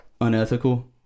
unethical